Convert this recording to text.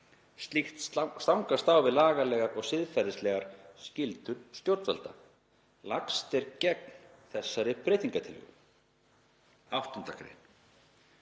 Slíkt stangast á við lagalegar og siðferðislegar skyldur stjórnvalda. Lagst er gegn þessari breytingartillögu. 8. gr.